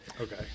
Okay